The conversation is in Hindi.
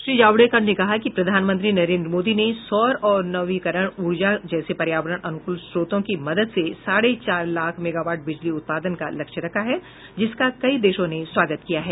श्री जावड़ेकर ने कहा कि प्रधानमंत्री नरेन्द्र मोदी ने सौर और नवीकरणीय ऊर्जा जैसे पर्यावरण अनुकूल स्रोतो की मदद से साढ़े चार लाख मेगावाट बिजली उत्पादन का लक्ष्य रखा है जिसका कई देशों ने स्वागत किया है